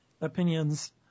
opinions